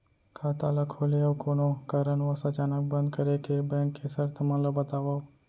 खाता ला खोले अऊ कोनो कारनवश अचानक बंद करे के, बैंक के शर्त मन ला बतावव